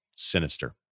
sinister